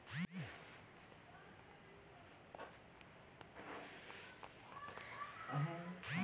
bank में किस्त ल हर महिना पटाबे ता ओकर मूल हर घलो थोरहें होत जाथे